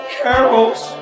carols